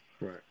Right